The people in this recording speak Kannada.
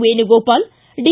ವೇಣುಗೋಪಾಲ್ ಡಿ